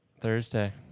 Thursday